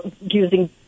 using